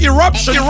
Eruption